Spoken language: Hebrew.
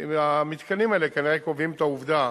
המתקנים האלה כנראה קובעים את העובדה